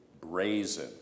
Brazen